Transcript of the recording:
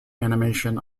animation